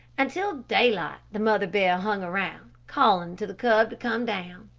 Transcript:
until daylight the mother bear hung around, calling to the cub to come down.